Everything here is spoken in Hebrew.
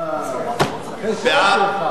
אה, לכן שאלתי אותך.